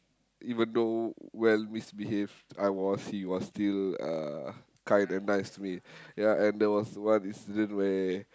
even though well misbehaved I was he was still uh kind and nice to me ya and there was one incident where